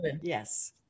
Yes